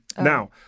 Now